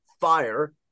fire